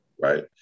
Right